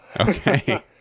Okay